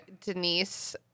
Denise